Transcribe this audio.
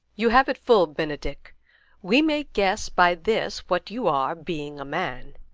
you have it full, benedick we may guess by this what you are, being a man.